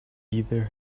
either